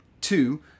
two